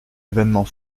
événement